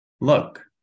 Look